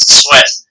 sweat